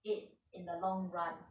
it in the long run